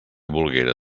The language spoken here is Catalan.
volguera